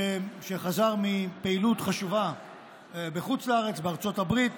שחזר מפעילות חשובה בחוץ לארץ, בארצות הברית,